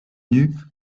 nues